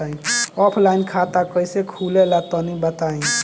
Offline खाता कइसे खुले ला तनि बताई?